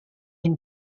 been